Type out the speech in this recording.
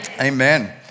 Amen